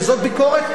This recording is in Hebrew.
וזאת ביקורת,